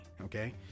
Okay